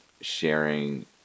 sharing